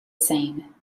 same